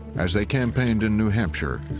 as they campaigned in new hampshire,